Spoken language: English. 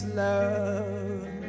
love